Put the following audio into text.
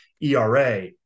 ERA